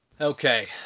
Okay